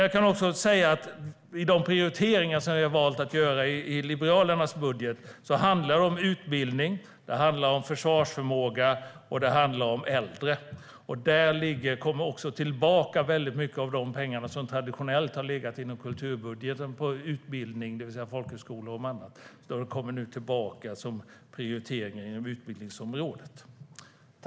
Jag kan också säga att de prioriteringar som vi har valt att göra i Liberalernas budget handlar om utbildning, försvarsförmåga och äldre. Mycket av de pengar som traditionellt har legat inom kulturbudgeten på utbildning, det vill säga folkhögskolor och annat, kommer tillbaka som prioriteringar inom utbildningsområdet.